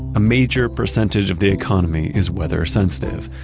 a major percentage of the economy is weather-sensitive,